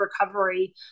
recovery